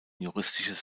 juristisches